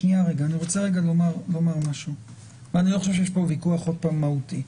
ואני לא חושב שיש פה ויכוח מהותי.